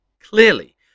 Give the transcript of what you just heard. Clearly